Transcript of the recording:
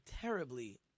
terribly